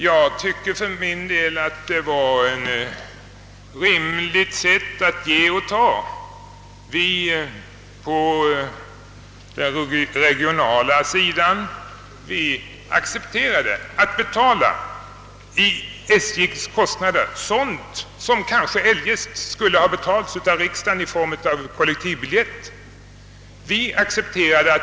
Jag tycker för min del att det var ett rimligt sätt att ge och ta. Vi på den regionala sidan accepterade att betala SJ:s kostnader — sådant som kanske eljest skulle ha betalats av riksdagen i form av kollektivbiljetter.